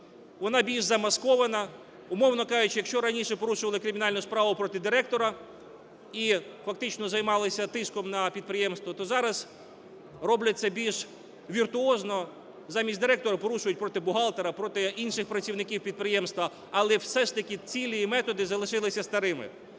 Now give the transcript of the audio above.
вона більш замаскована. Умовно кажучи, якщо раніше порушували кримінальну справу проти директора і фактично займалися тиском на підприємство, то зараз роблять це більш віртуозно, замість директора порушують проти бухгалтера, проти інших працівників підприємства, але все ж таки цілі і методи залишилися старими.